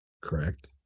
correct